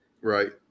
Right